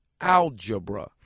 algebra